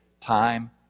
time